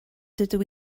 dydw